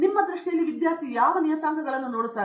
ನಿಮ್ಮ ದೃಷ್ಟಿಯಲ್ಲಿ ವಿದ್ಯಾರ್ಥಿ ಯಾವ ನಿಯತಾಂಕಗಳನ್ನು ನೋಡುತ್ತಾರೆ